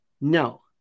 No